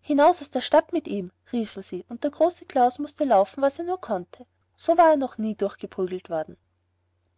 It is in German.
hinaus aus der stadt mit ihm riefen sie und der große klaus mußte laufen was er nur konnte so war er noch nie durchgeprügelt worden